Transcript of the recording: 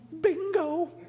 bingo